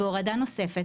והורדה נוספת,